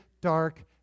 dark